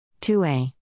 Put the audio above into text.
2a